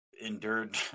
endured